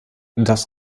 das